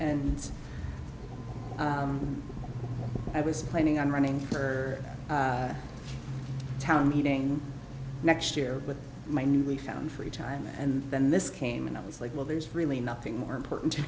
and i was planning on running for town meeting next year with my newly found free time and then this came and i was like well there's really nothing more important